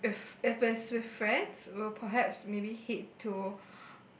like with if if it's with friends we will perhaps maybe hit to